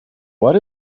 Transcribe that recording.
what